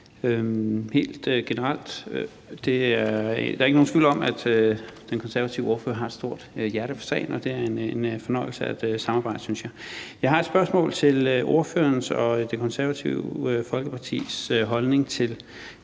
Helt generelt vil sige, at der ikke er nogen tvivl om, at den konservative ordfører har et stort hjerte for sagen, og jeg synes, vores samarbejde er en fornøjelse. Jeg har et spørgsmål til ordførerens og Det Konservative Folkepartis holdning til